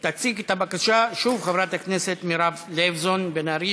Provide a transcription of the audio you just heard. תציג את הבקשה שוב חברת הכנסת מירב לייבזון בן ארי,